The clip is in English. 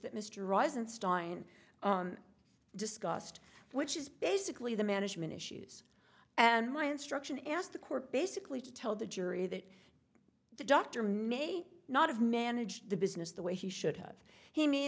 that mr rosenstein discussed which is basically the management issues and my instruction asked the court basically to tell the jury that the doctor may not have managed the business the way he should h